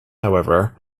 however